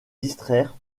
distraire